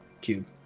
cube